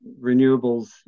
renewables